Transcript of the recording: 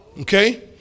Okay